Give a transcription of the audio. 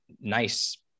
nice